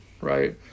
right